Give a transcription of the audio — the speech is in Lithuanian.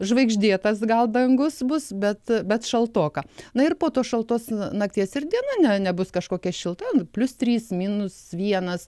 žvaigždėtas gal dangus bus bet bet šaltoka na ir po tos šaltos nakties ir diena nebus kažkokia šilta plius trys minus vienas